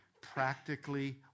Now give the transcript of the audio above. practically